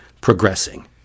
progressing